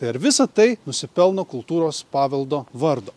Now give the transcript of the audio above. ir visa tai nusipelno kultūros paveldo vardo